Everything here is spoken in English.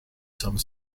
some